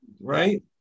Right